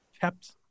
kept